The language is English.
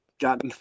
Got